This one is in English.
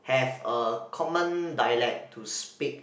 have a common dialect to speak